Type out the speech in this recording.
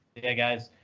yeah, guys.